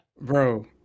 Bro